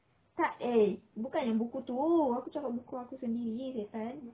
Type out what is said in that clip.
tak !hey! bukan yang buku tu aku cakap buku aku sendiri setan